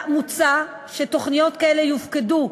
מוצע שתוכניות כאלה יופקדו,